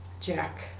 Jack